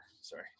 Sorry